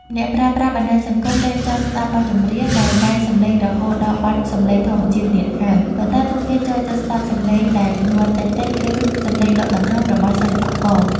អ្នកប្រើប្រាស់បណ្តាញសង្គមលែងចង់ស្ដាប់បទចម្រៀងដែលកែសំឡេងរហូតដល់បាត់សម្លេងធម្មជាតិទៀតហើយ ប៉ុន្តែពួកគេចូលចិត្តស្ដាប់សម្លេងដែលញ័រតិចៗ ឬសម្លេងដកដង្ហើមរបស់សិល្បករ